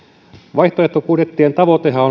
vaihtoehtobudjettien tavoitehan